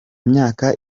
myaka